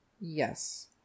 Yes